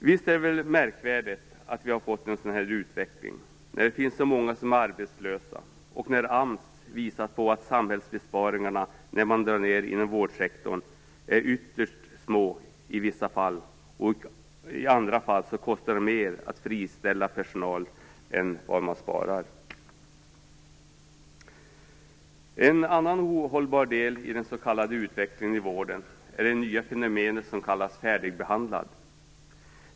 Visst är det väl märkvärdigt att vi har fått en sådan utveckling, när det finns så många som är arbetslösa och när AMS visat på att samhällsbesparingarna när man drar ned inom vårdsektorn är ytterst små i vissa fall. I andra fall kostar det mer att friställa personal än vad man sparar. En annan ohållbar del i den s.k. utvecklingen i vården är det nya fenomen som kallas färdigbehandlad.